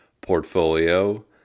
portfolio